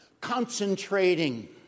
Concentrating